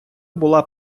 була